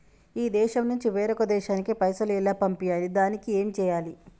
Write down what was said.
ఈ దేశం నుంచి వేరొక దేశానికి పైసలు ఎలా పంపియ్యాలి? దానికి ఏం చేయాలి?